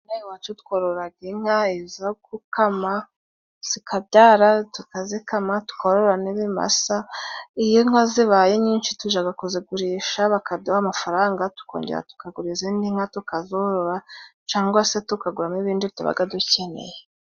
Hano wacu twororaga inka izo gukama ,zikabyara tukazikama, tukorora n'ibimasa; iyo inka zibaye nyinshi tujaga kuzigurisha bakaduha amafaranga tukongera tukagura izindi nka tukazorora cangwa se tukaguramo ibindi tubaga dukeneye.